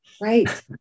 Right